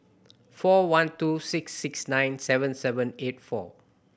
four one two six six nine seven seven eight four